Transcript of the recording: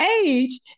age